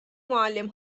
معلم